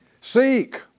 Seek